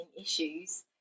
issues